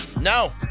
No